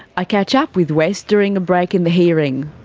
i catch up with west, during a break in the hearing.